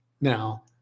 now